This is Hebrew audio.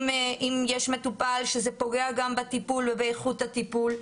אם יש מטופל שזה פוגע גם בטיפול ובאיכות הטיפול,